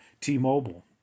T-Mobile